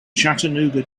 chattanooga